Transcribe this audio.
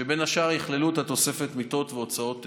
שבין השאר יכללו את תוספת המיטות והוצאות שיפוי.